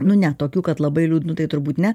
nu ne tokių kad labai liūdnų tai turbūt ne